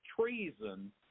treason